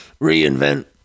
Reinvent